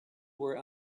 were